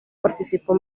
participó